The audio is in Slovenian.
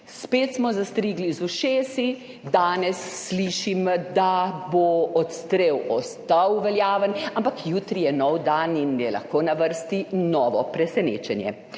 Spet smo zastrigli z ušesi. Danes slišim, da bo ostal odstrel veljaven, ampak jutri je nov dan in lahko je na vrsti novo presenečenje.